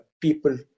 people